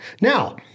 Now